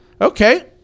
Okay